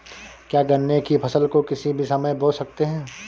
क्या गन्ने की फसल को किसी भी समय बो सकते हैं?